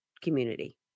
community